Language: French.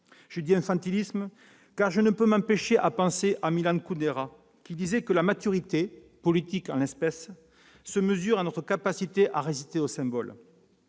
Je dis « infantilisme », car je ne peux m'empêcher de penser à Milan Kundera, qui disait que la maturité, politique en l'espèce, se mesure à la capacité à résister au symbole.